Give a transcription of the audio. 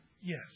Yes